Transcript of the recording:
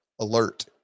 alert